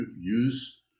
use